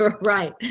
right